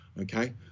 okay